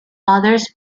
others